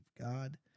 God